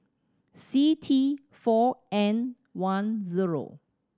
C T four N one zero